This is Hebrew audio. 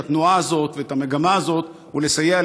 את התנועה הזאת ואת המגמה הזאת ולסייע